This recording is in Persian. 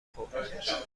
خورد